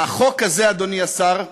החוק הזה, אדוני השר,